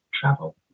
travel